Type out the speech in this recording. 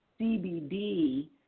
CBD